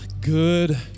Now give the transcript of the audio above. good